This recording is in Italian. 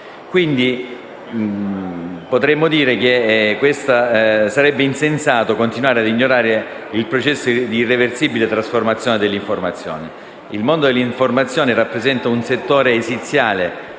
non a pagamento. Sarebbe pertanto insensato continuare ad ignorare il processo irreversibile di trasformazione delle informazioni. Il mondo delle informazioni rappresenta un settore esiziale